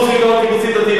חוץ מכמה קיבוצים דתיים,